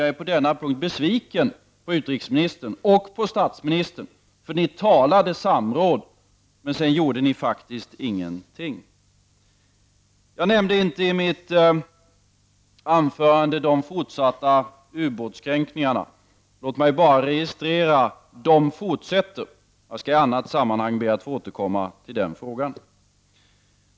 På den punkten är jag besviken på utrikesministern och på statsministern. Ni talade om samråd, men därefter gjorde ni faktiskt ingenting. I mitt anförande nämnde jag inte de fortsatta ubåtskränkningarna. Låt mig bara registrera att de fortsätter. Jag skall i annat sammanhang be att få återkomma till den frågan.